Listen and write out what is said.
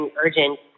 urgent